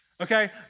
Okay